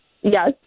Yes